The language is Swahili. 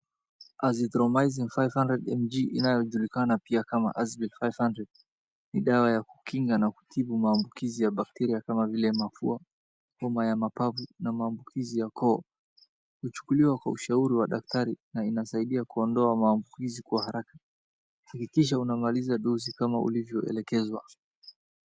Azithromycin 500mg inayojulikana kama aspirin 500 ni dawa ya kukinga na kutibu maambukizi ya bacteria kama vile mafua, homa ya mapafu na maambukizi ya koo uchukuliwa Kwa ushauri wa daktari na inasaida kuondoa maambukizi Kwa haraka hakikisha unamaliza dose kama ulivyo elekezwa.